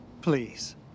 Please